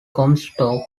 comstock